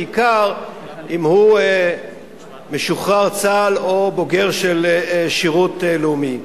בעיקר אם הוא משוחרר צה"ל או בוגר של שירות לאומי.